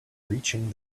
reaching